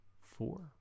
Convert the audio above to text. four